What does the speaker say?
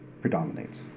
predominates